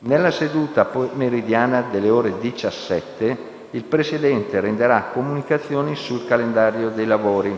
Nella seduta pomeridiana delle ore 17, il Presidente renderà comunicazioni sul calendario dei lavori.